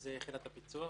-- שזאת יחידת הפיצוח",